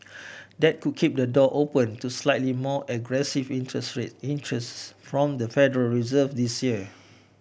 that could keep the door open to slightly more aggressive interest rate increases from the Federal Reserve this year